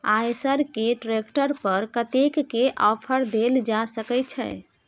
आयसर के ट्रैक्टर पर कतेक के ऑफर देल जा सकेत छै?